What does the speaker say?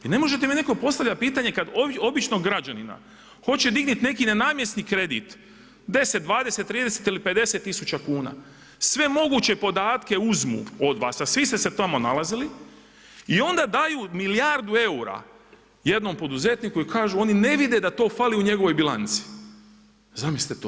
I ne možete mi netko postavljati pitanje, kada običnog građanina, hoće dignuti neki nenamjenski kredit, 10, 20, 30 ili 50 tisuća kuna, sve moguće podatke uzmu od vas a svi ste se tamo nalazili i onda daju milijardu eura jednom poduzetniku i kažu oni ne vide da to fali u njegovoj bilanci, zamislite to.